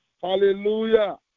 Hallelujah